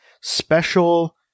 special